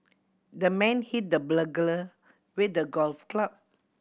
the man hit the burglar with a golf club